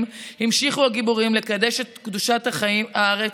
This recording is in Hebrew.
המשיכו הגיבורים לקדש את קדושת הארץ,